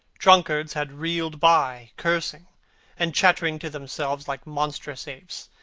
drunkards had reeled by, cursing and chattering to themselves like monstrous apes.